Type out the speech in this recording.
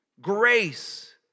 grace